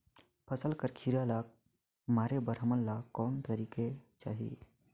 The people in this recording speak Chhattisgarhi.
फसल कर कीरा ला मारे बर हमन ला कौन करेके चाही?